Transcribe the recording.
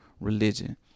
religion